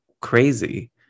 crazy